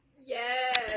yes